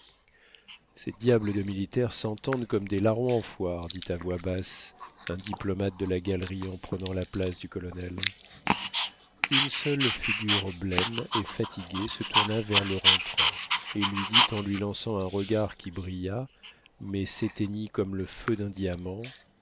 ces diables de militaires s'entendent comme des larrons en foire dit à voix basse un diplomate de la galerie en prenant la place du colonel une seule figure blême et fatiguée se tourna vers le rentrant et lui dit en lui lançant un regard qui brilla mais s'éteignit comme le feu d'un diamant